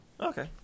Okay